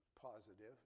positive